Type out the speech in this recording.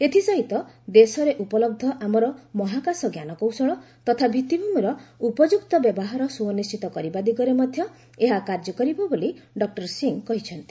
ଏଥିସହିତ ଦେଶରେ ଉପଲହ୍ଧ ଆମର ମହାକାଶ ଜ୍ଞାନକୌଶଳ ତଥା ଭିତ୍ତିଭୂମିର ଉପଯୁକ୍ତ ବ୍ୟବହାର ସୁନିଣ୍ଚିତ କରିବା ଦିଗରେ ମଧ୍ୟ ଏହା କାର୍ଯ୍ୟ କରିବ ବୋଲି ଡକୁର ସିଂହ କହିଛନ୍ତି